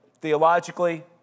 theologically